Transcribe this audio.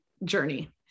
journey